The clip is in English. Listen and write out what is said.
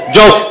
Joe